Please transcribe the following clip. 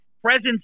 presence